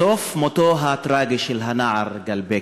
בסוף, מותו הטרגי של הנער גל בק,